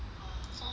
sounds good